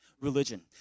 religion